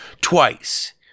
twice